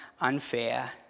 unfair